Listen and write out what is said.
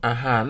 Aha